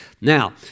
Now